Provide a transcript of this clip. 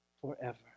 forever